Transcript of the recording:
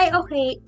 okay